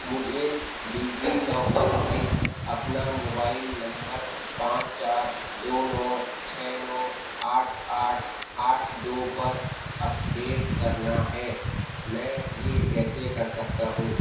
مجھے DigiLocker میں اپنا موبائل نمبر پانچ چار دو نو چھ نو آٹھ آٹھ آٹھ دو پر اپڈیٹ کرنا ہے میں یہ کیسے کر سکتا ہوں